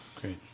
great